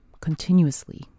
continuously